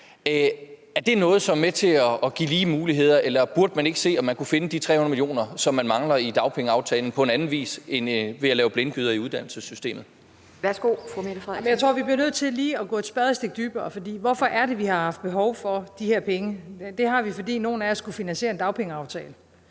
Er det noget, som er med til at give lige muligheder, eller burde man ikke se, om man kunne finde de 300 mio. kr., som man mangler i dagpengeaftalen, på en anden vis end ved at lave blindgyder i uddannelsessystemet? Kl. 10:31 Formanden (Pia Kjærsgaard): Værsgo, fru Mette Frederiksen. Kl. 10:31 Mette Frederiksen (S): Jeg tror, vi bliver nødt til lige at grave et spadestik dybere, for hvorfor er det, vi har haft behov for de her penge? Det har vi, fordi nogle af os skulle finansiere en dagpengeaftale,